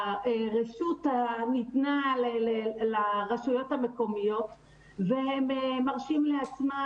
שהרשות ניתנה לרשויות המקומיות והן מרשות לעצמן,